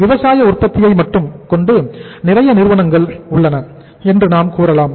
விவசாய உற்பத்தியை மட்டும் கொண்டு நிறைய நிறுவனங்கள் உள்ளன என்று நாம் கூறலாம்